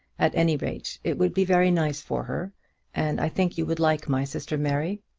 at any rate, it would be very nice for her and i think you would like my sister mary.